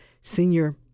senior